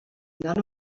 none